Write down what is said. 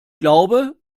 glaube